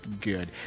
good